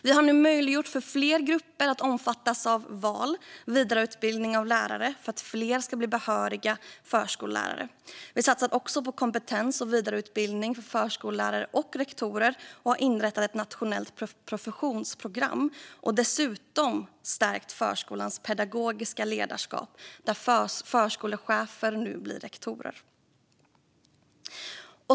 Vi har nu möjliggjort för fler grupper att omfattas av VAL, vidareutbildning av lärare, för att fler ska bli behöriga förskollärare. Vi satsar också på kompetens och vidareutbildning för förskollärare och rektorer. Vi har inrättat ett nationellt professionsprogram och har dessutom stärkt förskolans pedagogiska ledarskap. Förskolechefer blir nu rektorer.